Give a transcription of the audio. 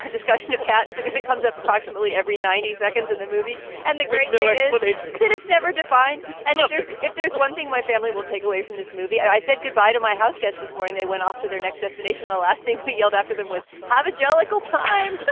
discussion of cats because it comes up approximately every ninety seconds in the movie and the great but that it's never defined. i know there's if there's one thing my family will take away from this movie, i said goodbye to my house guest this morning. they went off to their next destination. elastically yelled after them was have a jellicoe time